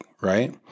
right